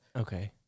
Okay